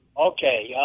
Okay